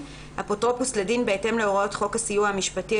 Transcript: אפוטרופוס לדין בהתאם להוראות חוק הסיוע המשפטי,